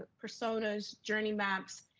personas, journey maps,